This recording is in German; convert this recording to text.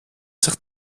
sich